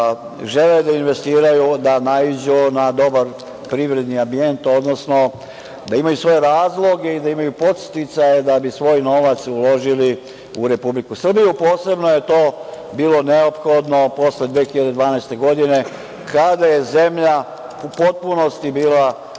žele da investiraju, da naiđu na dobar privredni ambijent, odnosno da imaju svoje razloge i da imaju podsticaje da bi svoj novac uložili u Republiku Srbiju. Posebno je to bilo neophodno posle 2012. godine, kada je zemlja u potpunosti bila